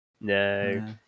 No